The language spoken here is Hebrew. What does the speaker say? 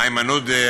איימן עודה,